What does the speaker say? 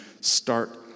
start